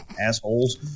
assholes